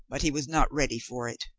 but he was not ready for it.